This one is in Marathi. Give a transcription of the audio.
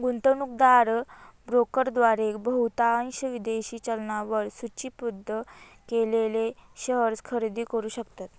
गुंतवणूकदार ब्रोकरद्वारे बहुतांश विदेशी चलनांवर सूचीबद्ध केलेले शेअर्स खरेदी करू शकतात